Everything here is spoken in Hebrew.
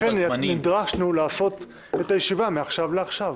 ולכן נדרשנו לקיים את הישיבה מעכשיו לעכשיו.